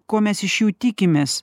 ko mes iš jų tikimės